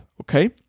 Okay